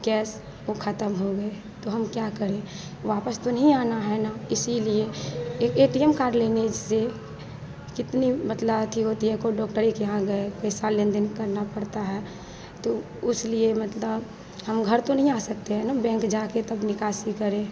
कैसे वे ख़त्म हो गए तो हम क्या करें वापस तो नहीं आना है ना इसीलिए एक ए टी यम कार्ड लेने से कितनी मसला अथि होता है कोई डॉक्टर के यहाँ गए पैसा लेन देन करना पड़ता है तो उसलिए मतलब हम घर तो नहीं आ सकते हैं ना बैंक जाकर तब निकासी करें